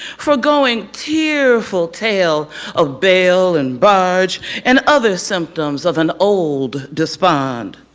forgoing tearful tale of bale and barge and other symptoms of an old despond.